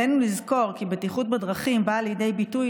עלינו לזכור כי בטיחות בדרכים באה לידי ביטוי